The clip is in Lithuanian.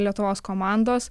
lietuvos komandos